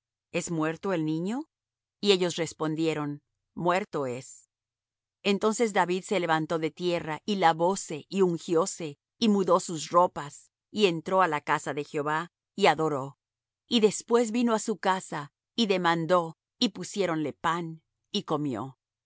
es muerto el niño y ellos respondieron muerto es entonces david se levantó de tierra y lavóse y ungióse y mudó sus ropas y entró á la casa de jehová y adoró y después vino á su casa y demandó y pusiéronle pan y comió